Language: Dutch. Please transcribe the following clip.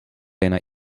bijna